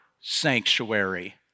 sanctuary